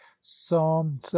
psalm